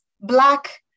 black